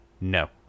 No